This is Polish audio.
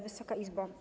Wysoka Izbo!